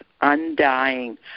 undying